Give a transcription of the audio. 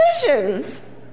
decisions